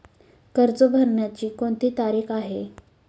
कर्ज भरण्याची कोणती तारीख आहे?